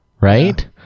right